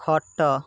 ଖଟ